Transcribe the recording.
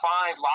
find